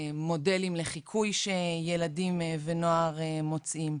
מודלים לחיקוי שילדים ונוער מוצאים.